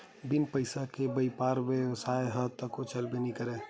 बिन पइसा के बइपार बेवसाय ह तो चलबे नइ करय